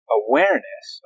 awareness